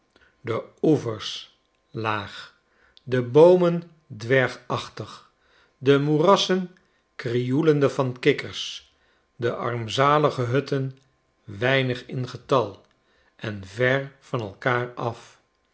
de oevers laag de boomen dwergachtig de moerassen krioelende van kikkers de armzalige hutten weinig in getal en ver van elkaar af